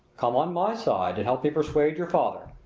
come on my side and help me persuade your father.